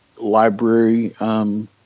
library